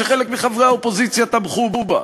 שחלק מחברי האופוזיציה תמכו בה.